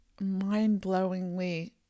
mind-blowingly